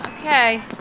Okay